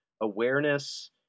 awareness